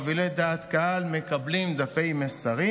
מובילי דעת קהל מקבלים דפי מסרים.